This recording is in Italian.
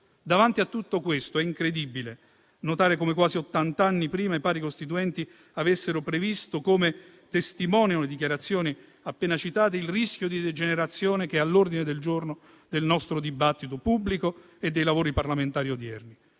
Davanti a tutto questo è incredibile notare come, quasi ottant'anni prima, i Padri costituenti avessero previsto, come testimoniano le dichiarazioni appena citate, il rischio di degenerazione che è all'ordine del giorno del nostro dibattito pubblico e dei lavori parlamentari odierni.